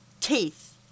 Teeth